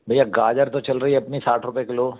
भैया गाजर तो चल रही अपनी साठ रुपये किलो